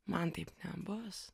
man taip nebus